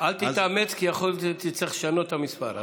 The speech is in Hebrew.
אל תתאמץ, כי יכול להיות שתצטרך לשנות את המספר.